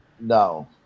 No